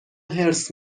حرص